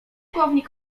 pułkownik